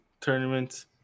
tournaments